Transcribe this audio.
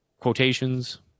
quotations